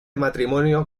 matrimonio